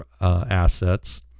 assets